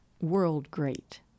world-great